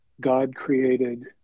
God-created